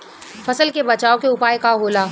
फसल के बचाव के उपाय का होला?